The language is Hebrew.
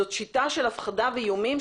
זו שיטה של הפחדה ואיומים,